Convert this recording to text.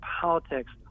politics